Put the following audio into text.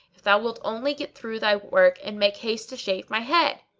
if thou wilt only get through thy work and make haste to shave my head.